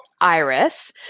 iris